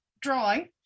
drawing